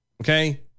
okay